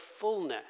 fullness